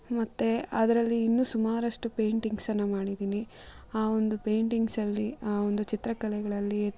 ಮತ್ತು ಅದರಲ್ಲಿ ಇನ್ನು ಸುಮಾರಷ್ಟು ಪೈಂಟಿಂಗ್ಸನ್ನು ಮಾಡಿದ್ದೀನಿ ಆ ಒಂದು ಪೈಂಟಿಂಗ್ಸಲ್ಲಿ ಆ ಒಂದು ಚಿತ್ರಕಲೆಗಳಲ್ಲಿ